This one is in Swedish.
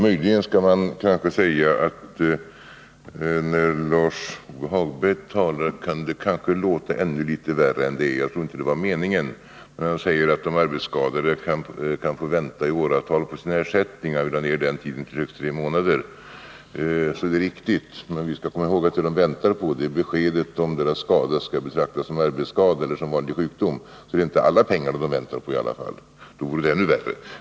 Möjligen skall man säga att när Lars-Ove Hagberg talar kan det kanske låta ännu litet värre än det är — jag tror inte det var meningen. När han säger att de arbetsskadade kan få vänta i åratal på sin ersättning och vill dra ner den tiden till högst tre månader, så är det riktigt. Men vi skall komma ihåg att det de väntar på är beskedet om deras skada skall betraktas som arbetsskada eller som vanlig sjukdom. Det är i alla fall inte alla pengarna de väntar på — då vore det ännu värre.